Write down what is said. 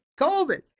COVID